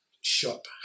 shop